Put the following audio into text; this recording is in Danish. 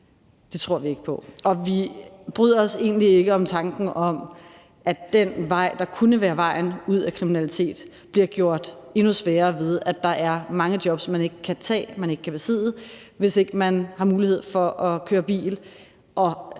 tror vi ikke på. Vi bryder os egentlig ikke om tanken om, at den vej, der kunne være vejen ud af kriminalitet, bliver gjort endnu sværere ved, at der er mange jobs, man ikke kan tage, man ikke kan besidde, hvis ikke man har mulighed for at køre bil.